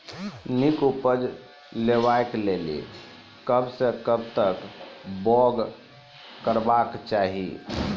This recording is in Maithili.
नीक उपज लेवाक लेल कबसअ कब तक बौग करबाक चाही?